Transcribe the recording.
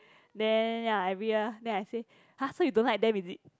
then ya every year then I say !huh! so you don't like them is it